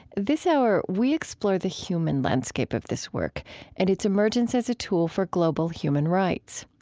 this hour, we explore the human landscape of this work and its emergence as a tool for global human rights.